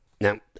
Now